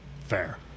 Fair